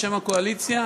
בשם הקואליציה,